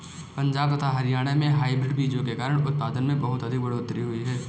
पंजाब तथा हरियाणा में हाइब्रिड बीजों के कारण उत्पादन में बहुत अधिक बढ़ोतरी हुई